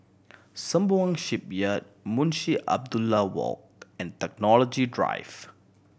Sembawang Shipyard Munshi Abdullah Walk and Technology Drive